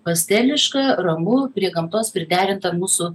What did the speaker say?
pasteliška ramu prie gamtos priderinta mūsų